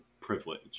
privilege